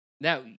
Now